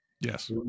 Yes